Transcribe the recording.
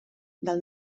del